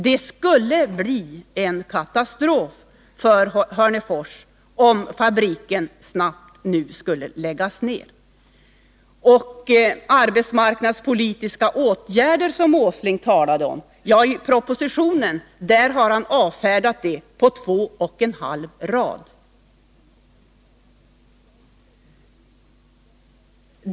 Det skulle bli en katastrof för Hörnefors, om fabriken inom kort skulle läggas ned. Herr Åsling talade om arbetsmarknadspolitiska åtgärder, men i propositionen har han avfärdat dessa på två och en halv rad.